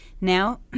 now